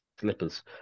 slippers